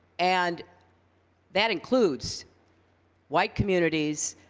and that includes white communities,